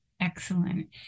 Excellent